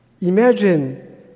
imagine